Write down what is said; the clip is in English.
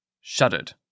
shuddered